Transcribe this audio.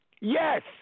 yes